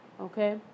okay